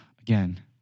again